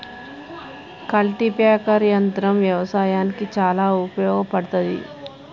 cultipacker యంత్రం వ్యవసాయానికి చాలా ఉపయోగపడ్తది